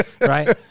Right